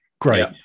great